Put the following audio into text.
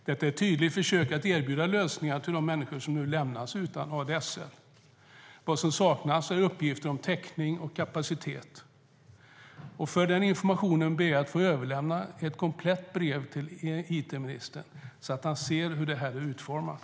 Detta är ett tydligt försök att erbjuda lösningar till de människor som nu lämnas utan ADSL. Vad som saknas är uppgifter om täckning och kapacitet. Som information ber jag att få överlämna ett komplett brev till it-ministern så att han ser hur det är utformat.